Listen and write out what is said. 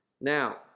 Now